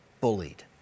bullied